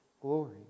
Glory